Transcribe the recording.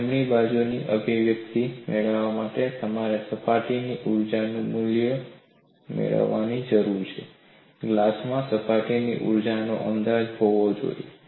જમણી બાજુની અભિવ્યક્તિ મેળવવા માટે તમારે સપાટીની ઊર્જાનું મૂલ્ય મેળવવાની જરૂર છે ગ્લાસમાં સપાટીની ઊર્જાનો અંદાજ હોવો જોઈએ